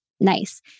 Nice